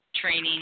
training